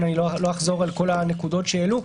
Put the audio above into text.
לא אחזור על הנקודות שהעלו.